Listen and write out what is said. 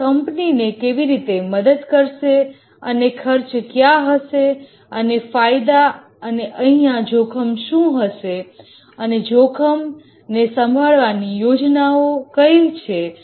તે કંપનીને કેવી રીતે મદદ કરશે અને કોસ્ટ ક્યાં હશે અને બેનીફીટ અને અહીંયા રિસ્ક શું હશે અને રિસ્ક ને સંભાળવાની યોજનાઓ કઈ છે